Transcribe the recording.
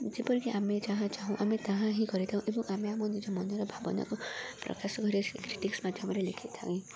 ଯେପରିକି ଆମେ ଯାହା ଚାହୁଁ ଆମେ ତାହା ହିଁ କରିଥାଉ ଏବଂ ଆମେ ଆମ ନିଜ ମନର ଭାବନାକୁ ପ୍ରକାଶ କରି ସେ ଗ୍ରୀଟିଂସ୍ ମାଧ୍ୟମରେ ଲେଖିଥାଉ